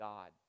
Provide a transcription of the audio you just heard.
God